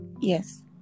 Yes